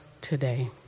today